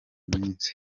minsi